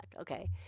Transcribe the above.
okay